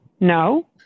no